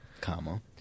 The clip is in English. Comma